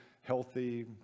healthy